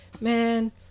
man